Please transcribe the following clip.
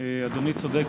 אדוני צודק,